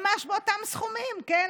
ממש באותם סכומים, כן?